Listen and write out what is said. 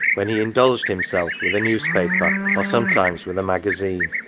when he indulged himself with a newspaper, or sometimes with a magazine.